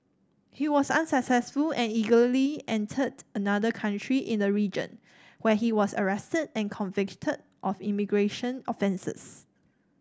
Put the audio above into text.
he was unsuccessful and illegally entered another country in the region where he was arrested and convicted of immigration offences